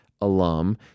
alum